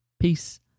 Peace